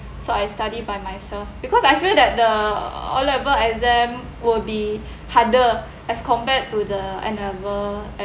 so I study by myself because I feel that the O level exam will be harder as compared to the N level